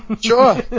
Sure